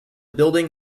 building